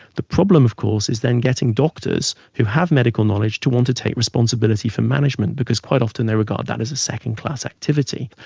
the problem of course is then getting doctors who have medical knowledge, to want to take responsibility for management, because quite often they regard that as a second-class activity.